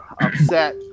upset